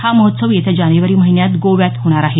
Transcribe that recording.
हा महोत्सव येत्या जानेवारी महिन्यात गोव्यात होणार आहे